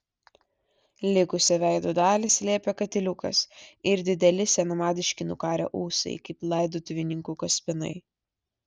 likusią veido dalį slėpė katiliukas ir dideli senamadiški nukarę ūsai kaip laidotuvininkų kaspinai